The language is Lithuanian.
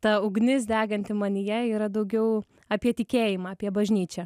ta ugnis deganti manyje yra daugiau apie tikėjimą apie bažnyčią